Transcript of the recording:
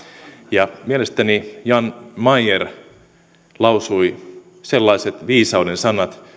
ja mielestäni jan meyer lausui sellaiset viisauden sanat